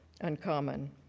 uncommon